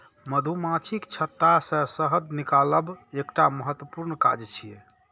मधुमाछीक छत्ता सं शहद निकालब एकटा महत्वपूर्ण काज छियै